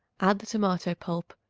add the tomato pulp,